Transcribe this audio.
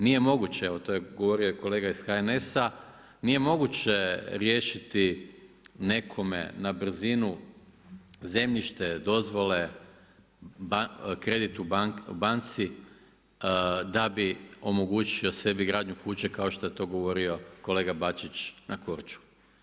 Nije moguće, evo to je govorio i kolega iz HNS-a, nije moguće riješiti nekome na brzinu zemljište, dozvole, kredit u banci da bi omogućio sebi gradnju kuće, kao što je to govorio kolega Bačić, na Korčuli.